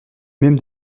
même